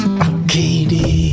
Katie